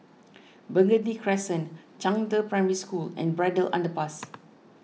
Burgundy Crescent Zhangde Primary School and Braddell Underpass